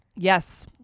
yes